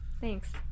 Thanks